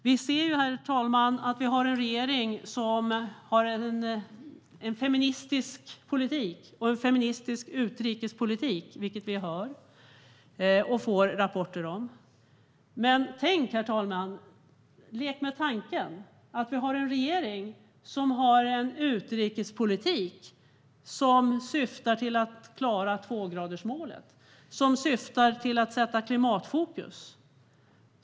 Vi har, herr talman, en regering som har en feministisk politik och utrikespolitik, vilket vi hör och får rapporter om. Men lek med tanken att vi har en regering som har en utrikespolitik som syftar till att klara tvågradersmålet och som syftar till att sätta fokus på klimatet.